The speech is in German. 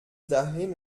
dahin